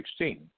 2016